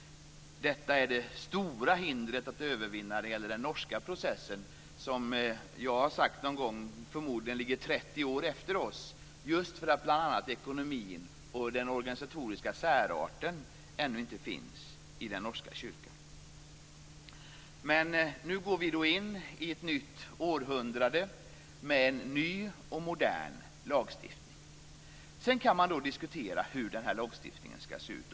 Detta är det stora hindret att övervinna i den norska processen, vilken - som jag någon gång har sagt - förmodligen ligger 30 år efter vår. Bl.a. finns ännu inte den behövliga ekonomin och organisatoriska särarten i den norska kyrkan. Vi går nu in i ett nytt århundrade med en ny och modern lagstiftning. Man kan diskutera hur den lagstiftningen ska se ut.